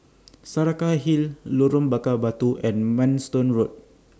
Saraca Hill Lorong Bakar Batu and Manston Road